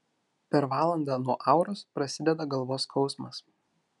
per valandą nuo auros prasideda galvos skausmas